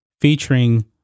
featuring